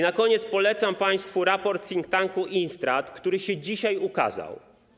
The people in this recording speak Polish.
Na koniec polecam państwu raport think tanku Instrat, który się dzisiaj ukazał.